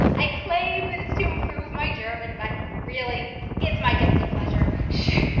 i claim that it's to improve my german but really it's my guilty pleasure. shhh,